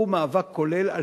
הוא מאבק כולל על